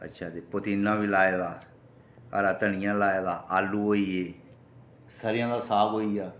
अच्छा ते पुदीना बी लाए दा हरा धनिया लाए दा आलू होई गे सरेआं दा साग होई गेआ